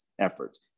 efforts